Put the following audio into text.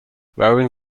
wearing